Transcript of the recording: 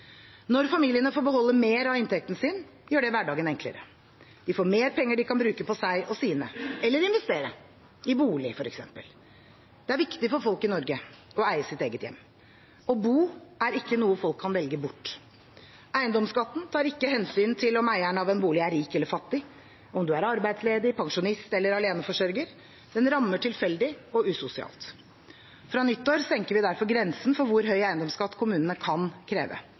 Når familiene får beholde mer av inntekten sin, gjør det hverdagen enklere. De får mer penger de kan bruke på seg og sine – eller investere, i bolig f.eks. Det er viktig for folk i Norge å eie sitt eget hjem. Å bo er ikke noe folk kan velge bort. Eiendomsskatten tar ikke hensyn til om eieren av en bolig er rik eller fattig, om du er arbeidsledig, pensjonist eller aleneforsørger. Den rammer tilfeldig og usosialt. Fra nyttår senker vi derfor grensen for hvor høy eiendomsskatt kommunene kan kreve,